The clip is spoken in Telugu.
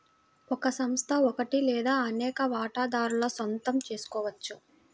ఒక సంస్థ ఒకటి లేదా అనేక వాటాదారుల సొంతం చేసుకోవచ్చు